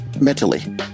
mentally